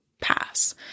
pass